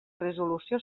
resolució